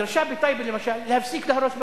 הדרישה בטייבה, למשל, היא להפסיק להרוס בתים,